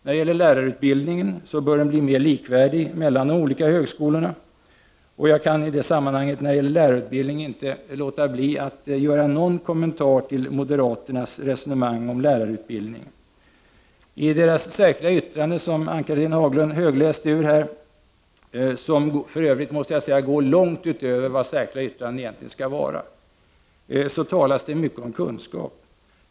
Vi anser att lärarutbildningen bör bli mer likvärdig mellan de olika högskolorna. Jag kan när det gäller lärarutbildningen inte låta bli att göra någon kommentar till moderaternas resonemang om lärarutbildning. I deras särskilda yttrande, som Ann-Cathrine Haglund högläste ur och som för övrigt går långt utöver vad särskilda yttranden egentligen skall vara, talas det mycket om kunskap.